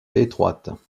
étroites